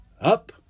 up